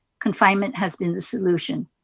confinement has been the solution.